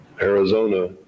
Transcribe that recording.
Arizona